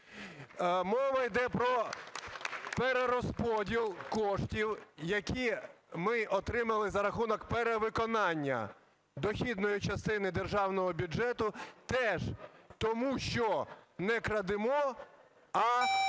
Мова йде про перерозподіл коштів, які ми отримали за рахунок перевиконання дохідної частини державного бюджету, теж тому що не крадемо, а